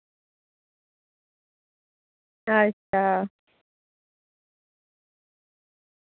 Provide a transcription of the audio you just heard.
अच्छा